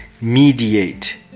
mediate